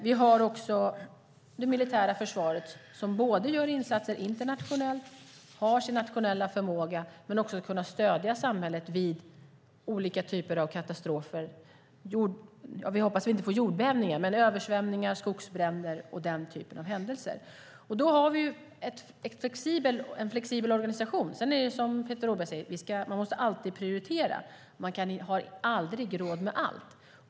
Vi har också det militära försvaret som gör insatser internationellt, som har sin nationella förmåga och som ska kunna stödja samhället vid olika typer av katastrofer. Jag hoppas att vi inte får jordbävningar men vid översvämningar, skogsbränder och så vidare. Vi har en flexibel organisation, men precis som Peter Rådberg säger måste man alltid prioritera. Man har aldrig råd med allt.